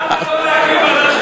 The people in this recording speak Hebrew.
למה לא להקים ועדת חוקה?